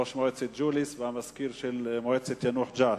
ראש מועצת ג'וליס והמזכיר של מועצת יאנוח-ג'ת.